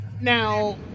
Now